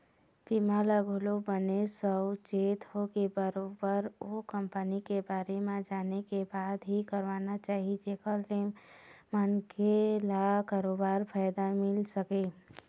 बीमा ल घलोक बने साउचेत होके बरोबर ओ कंपनी के बारे म जाने के बाद ही करवाना चाही जेखर ले मनखे ल बरोबर फायदा मिले सकय